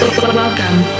Welcome